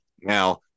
Now